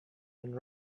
and